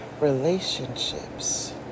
Relationships